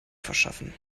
verschaffen